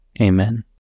Amen